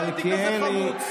מה לדבר.